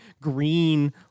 green